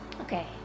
Okay